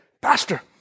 pastor